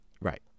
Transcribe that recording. right